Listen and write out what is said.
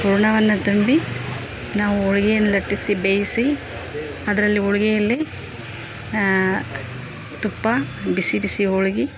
ಹೂರ್ಣವನ್ನ ತುಂಬಿ ನಾವು ಹೋಳಿಗೆಯನ್ನ ಲಟ್ಟಿಸಿ ಬೇಯಿಸಿ ಅದರಲ್ಲಿ ಹೋಳಿಗೆಯಲ್ಲಿ ತುಪ್ಪ ಬಿಸಿ ಬಿಸಿ ಹೋಳಿಗೆ